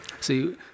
See